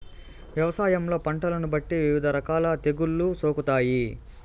వ్యవసాయంలో పంటలను బట్టి వివిధ రకాల తెగుళ్ళు సోకుతాయి